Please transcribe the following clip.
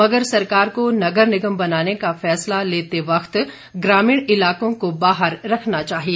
मगर सरकार को नगर निगम बनाने का फैसला लेते वक्त ग्रामीण इलाकों को बाहर रखना चाहिए